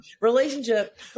relationship